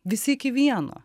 visi iki vieno